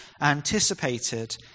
anticipated